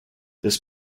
this